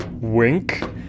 Wink